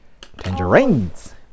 tangerines